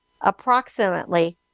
approximately